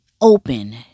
open